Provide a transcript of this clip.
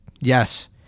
yes